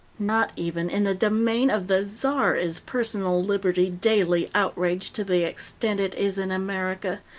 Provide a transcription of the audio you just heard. not even in the domain of the tsar is personal liberty daily outraged to the extent it is in america,